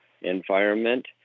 environment